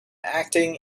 acting